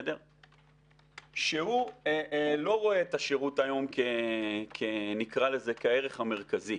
שהוא לא רואה את השירות היום כערך המרכזי,